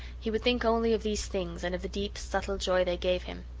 he would think only of these things and of the deep, subtle joy they gave him.